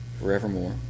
forevermore